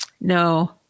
no